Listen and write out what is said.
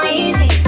easy